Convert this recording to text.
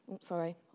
Sorry